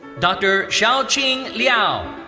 dr. xiaojing liao.